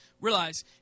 Realize